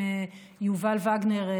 עם יובל וגנר,